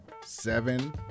seven